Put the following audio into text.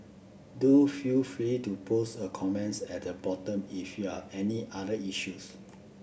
do feel free to post a comments at the bottom if you are any other issues